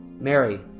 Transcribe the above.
Mary